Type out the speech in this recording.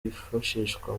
wifashishwa